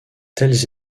tels